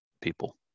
people